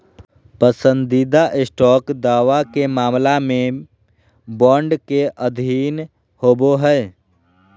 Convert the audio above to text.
पसंदीदा स्टॉक दावा के मामला में बॉन्ड के अधीन होबो हइ